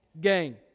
Gain